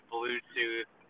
Bluetooth